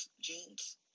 jeans